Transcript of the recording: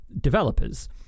developers